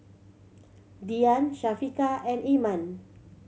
Dian Syafiqah and Iman